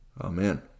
Amen